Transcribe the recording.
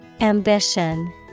Ambition